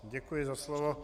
Děkuji za slovo.